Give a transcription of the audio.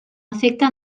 efecte